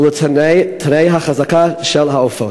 ולתנאי ההחזקה של העופות.